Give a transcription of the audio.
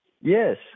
Yes